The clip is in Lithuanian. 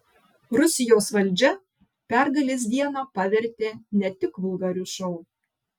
rusijos valdžia pergalės dieną pavertė ne tik vulgariu šou